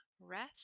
rest